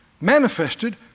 manifested